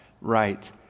right